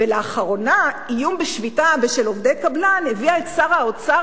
ולאחרונה איום בשביתה בשל עובדי קבלן הביא את שר האוצר